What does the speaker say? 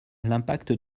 l’impact